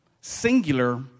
singular